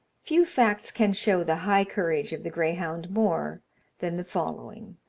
few facts can show the high courage of the greyhound more than the following